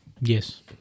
Yes